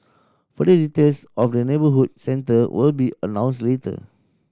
further details of the neighbourhood centre will be announced later